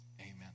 Amen